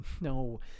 No